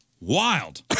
Wild